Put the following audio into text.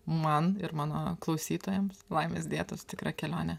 man ir mano klausytojams laimės dėtos tikrą kelionę